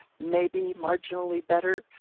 maybe marginally better.